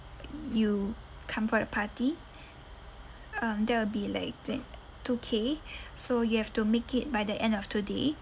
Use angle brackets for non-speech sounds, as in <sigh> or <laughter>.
you come for the party um that will be like twe~ two K <breath> so you have to make it by the end of today